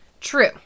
True